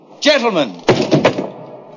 Gentlemen